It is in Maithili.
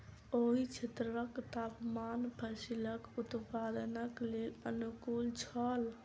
ओहि क्षेत्रक तापमान फसीलक उत्पादनक लेल अनुकूल छल